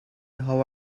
how